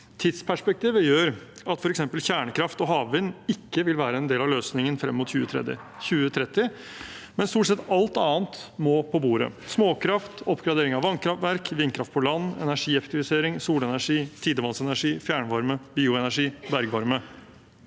Tidsperspektivet gjør at f.eks. kjernekraft og havvind ikke vil være en del av løsningen frem mot 2030, mens stort sett alt annet må på bordet – småkraft, oppgradering av vannkraftverk, vindkraft på land, energieffektivisering, solenergi, tidevannsenergi, fjernvarme, bioenergi og bergvarme,